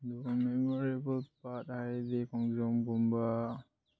ꯑꯗꯨꯒ ꯃꯦꯃꯣꯔꯦꯜꯕꯜ ꯄꯥꯔꯛ ꯍꯥꯏꯔꯗꯤ ꯈꯣꯡꯖꯣꯝꯒꯨꯝꯕ